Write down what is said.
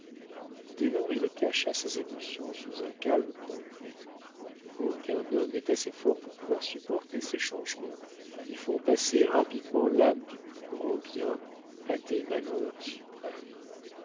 dès lors il cacha ses émotions sous un calme complet aucun homme n'est assez fort pour pouvoir supporter ces changements qui font passer rapidement l'âme du plus grand bien à des malheurs suprêmes